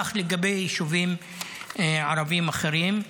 כך לגבי יישובים ערביים אחרים.